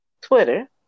Twitter